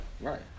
Right